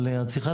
אבל את צריכה